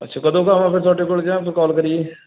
ਅੱਛਾ ਕਦੋਂ ਕੁ ਆਵਾ ਫਿਰ ਤੁਹਾਡੇ ਕੋਲ ਜਾਂ ਫਿਰ ਕਾਲ ਕਰੀਏ